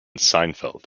seinfeld